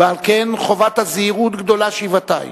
ועל כן חובת הזהירות גדולה שבעתיים.